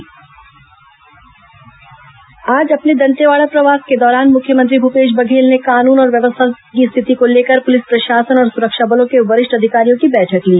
मुख्यमंत्री समीक्षा आज अपने दंतेवाड़ा प्रवास के दौरान मुख्यमंत्री भूपेश बघेल ने कानून और व्यवस्था की स्थिति को लेकर पुलिस प्रशासन और सुरक्षा बलों के वरिष्ठ अधिकारियों की बैठक ली